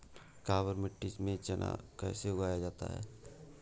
काबर मिट्टी में चना कैसे उगाया जाता है?